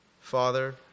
Father